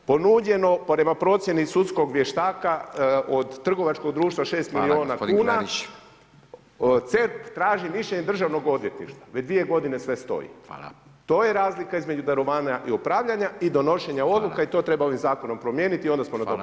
Ponuđeno prema procjeni sudskog vještaka od trgovačkog društva 6 milijuna kuna [[Upadica Radin: Hvala gospodine Klarić.]] CERP traži mišljenje Državnog odvjetništva, već dvije godine sve stoji [[Upadica Radin: Hvala.]] To je razlika između darovanja i upravljanja i donošenja odluka i to treba ovim zakonom promijeniti i onda smo na dobrom putu.